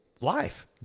life